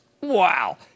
Wow